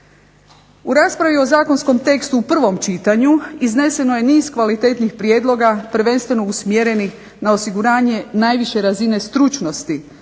U raspravi o zakonskom tekstu u prvom čitanju, izneseno je niz kvalitetnih prijedloga, prvenstveno usmjerenih na osiguranje najviše razine stručnosti,